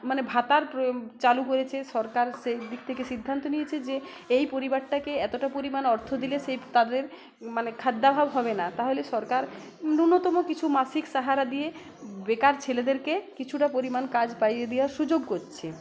মানে ভাতার প্র চালু করেছে সরকার সেই দিক থেকে সিদ্ধান্ত নিয়েছে যে এই পরিবারটাকে এতোটা পরিমাণ অর্থ দিলে সে তাদের মানে খাদ্যাভাব হবে না তাহলে সরকার ন্যূনতম কিছু মাসিক সাহারা দিয়ে বেকার ছেলেদেরকে কিছুটা পরিমাণ কাজ পাইয়ে দেওয়ার সুযোগ করছে